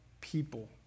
people